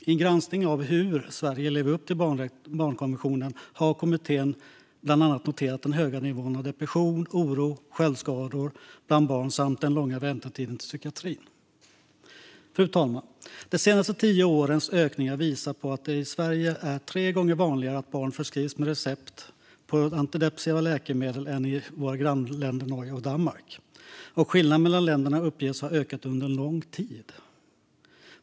I en granskning av hur Sverige lever upp till barnkonventionen har kommittén bland annat noterat de höga nivåerna av depression, oro och självskador bland barn samt den långa väntetiden till psykiatrin. Fru talman! De senaste tio årens ökning har gjort att det i dag är tre gånger vanligare att barn förskrivs antidepressiva läkemedel i Sverige än i våra grannländer Norge och Danmark, och skillnaden mellan länderna uppges ha ökat under lång tid.